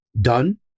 done